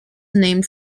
named